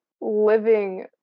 living